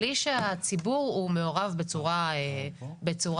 בלי שהציבור הוא מעורב בצורה אקטיבית.